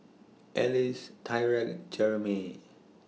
Ellis Tyrek Jeremey